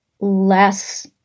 less